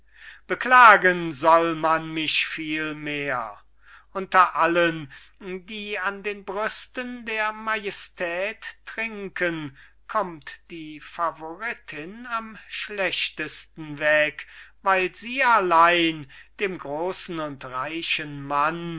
beklagen soll man mich vielmehr unter allen die an den brüsten der majestät trinken kommt die favoritin am schlechtesten weg weil sie allein dem großen und reichen mann